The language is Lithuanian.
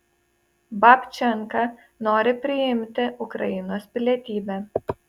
babčenka nori priimti ukrainos pilietybę